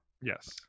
Yes